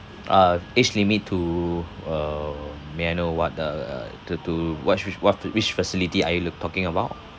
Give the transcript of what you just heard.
uh age limit to uh may I know what the uh to to what's with what which facility are you look talking about